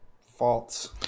False